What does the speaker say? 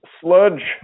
sludge